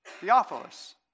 Theophilus